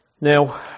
Now